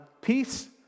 peace